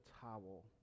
towel